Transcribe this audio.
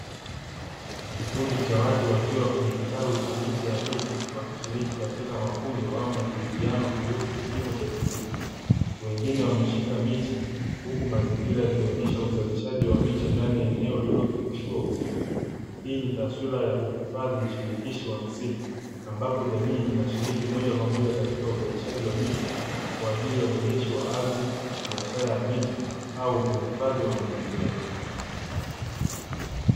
Kikundi cha watu wakishiri kikao wenye jamii wanashiriki moja kwa moja kwenye maendeleo